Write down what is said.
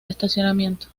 estacionamiento